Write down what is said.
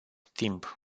timp